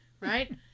right